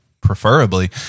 preferably